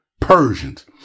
Persians